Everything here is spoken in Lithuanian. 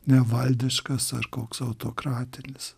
ne valdiškas ar koks autokratinis